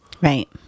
right